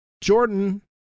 Jordan